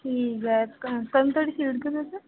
ठीक ऐ कदूं धोड़ी सी उड़गे तुस